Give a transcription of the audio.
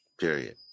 Period